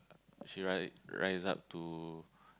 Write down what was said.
she rise rise up to